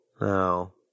No